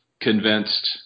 convinced –